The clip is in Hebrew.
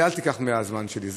את זה אל תיקח מהזמן שלי.